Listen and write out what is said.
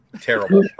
terrible